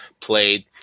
played